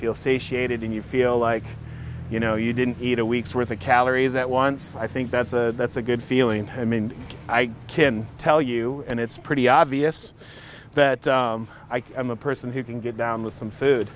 feel satiated and you feel like you know you didn't eat a week's worth of calories at once i think that's a that's a good feeling i mean i can tell you and it's pretty obvious that i am a person who can get down with some food